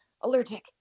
allergic